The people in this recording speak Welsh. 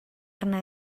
arna